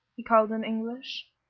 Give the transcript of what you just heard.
he called in english,